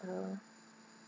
uh